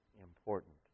important